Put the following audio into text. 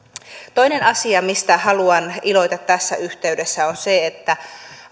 toinen asia mistä haluan iloita tässä yhteydessä on se että kun